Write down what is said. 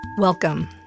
Welcome